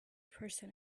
person